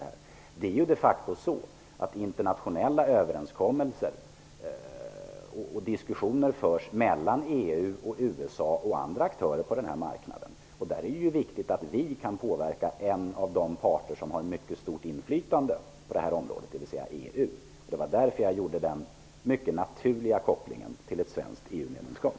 De facto är det så att internationella överenskommelser träffas och diskussioner förs mellan EU, USA och andra aktörer på marknaden. Därför är det viktigt att vi kan påverka en av de parter som har ett mycket stort inflytande på det här området, dvs. EU. Det var därför som jag gjorde den mycket naturliga kopplingen till ett svenskt EU-medlemskap.